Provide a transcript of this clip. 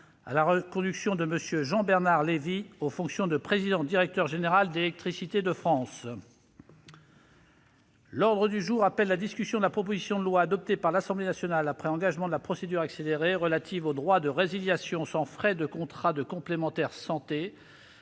-à la reconduction de M. Jean-Bernard Lévy dans les fonctions de président-directeur général d'Électricité de France. L'ordre du jour appelle la discussion, à la demande du groupe La République En Marche, de la proposition de loi, adoptée par l'Assemblée nationale, après engagement de la procédure accélérée, relative au droit de résiliation sans frais de contrats de complémentaire santé